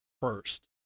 first